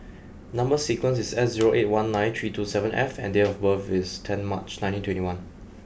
number sequence is S zero eight one nine three two seven F and date of birth is ten March nineteen twenty one